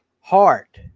Heart